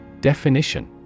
Definition